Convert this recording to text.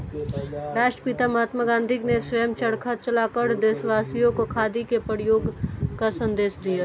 राष्ट्रपिता महात्मा गांधी ने स्वयं चरखा चलाकर देशवासियों को खादी के प्रयोग का संदेश दिया